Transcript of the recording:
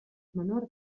menor